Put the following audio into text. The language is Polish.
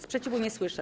Sprzeciwu nie słyszę.